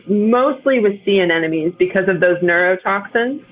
mostly with sea and anemones, because of those neurotoxins.